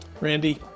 Randy